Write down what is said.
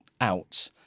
out